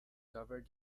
covered